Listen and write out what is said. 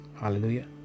Hallelujah